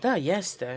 Da, jeste.